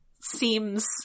seems